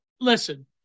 listen